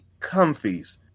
comfies